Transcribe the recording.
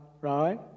right